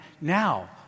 now